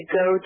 go